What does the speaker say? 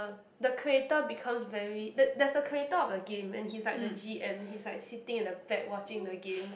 the the creator becomes very the there's a creator of the game and he's like the G_M he's like sitting in the back watching the game